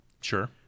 Sure